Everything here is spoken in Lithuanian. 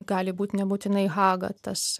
gali būt nebūtinai haga tas